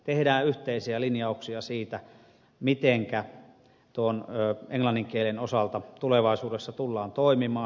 tehdään yhteisiä linjauksia siitä mitenkä tuon englannin kielen osalta tulevaisuudessa tullaan toimimaan